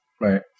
Right